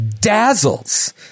dazzles